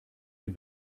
had